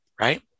right